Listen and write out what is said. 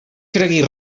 cregues